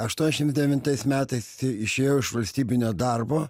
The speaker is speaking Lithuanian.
aštuoniasdešim devintais metais išėjau iš valstybinio darbo